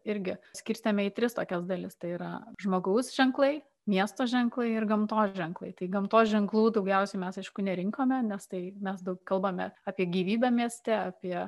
irgi skirstėme į tris tokias dalis tai yra žmogaus ženklai miesto ženklai ir gamtos ženklai tai gamtos ženklų daugiausiai mes aišku nerinkome nes tai mes daug kalbame apie gyvybę mieste apie